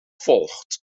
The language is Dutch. volgt